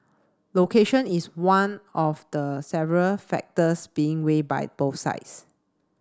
location is one of the several factors being weighed by both sides